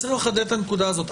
צריך לחדד את הנקודה הזאת,